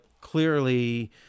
clearly